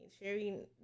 sharing